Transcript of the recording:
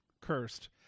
cursed